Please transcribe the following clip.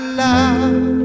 love